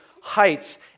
heights